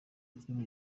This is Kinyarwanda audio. umukinnyi